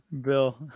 Bill